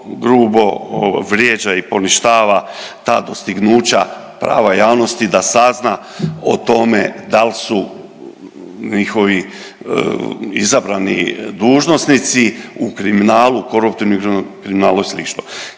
grubo vrijeđa i poništava ta dostignuća prava javnosti da sazna o tome dal su njihovi izabrani dužnosnici u kriminalu, koruptivni, kriminalu i slično.